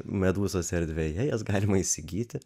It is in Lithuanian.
medūzos erdvėje jas galima įsigyti